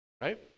right